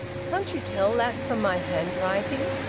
can't you tell that from my handwriting?